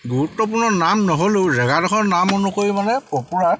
গুৰুত্বপূৰ্ণ নাম নহ'লেও জেগাডোখৰ নাম অনুসৰি মানে পপুলাৰ